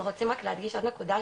אנחנו רוצים רק להדגיש עוד נקודה,